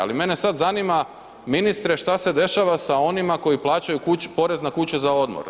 Ali mene sada zanima ministre šta se dešava sa onima koji plaćaju porez na kuće za odmor.